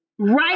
Right